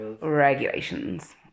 Regulations